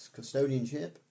custodianship